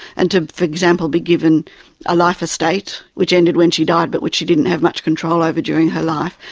and to for example be given a life estate, which ended when she died, but which she didn't have much control over during her life,